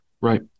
Right